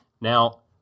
now